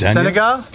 Senegal